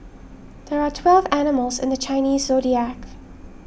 there are twelve animals in the Chinese zodiac